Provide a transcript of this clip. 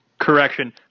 Correction